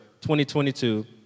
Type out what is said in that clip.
2022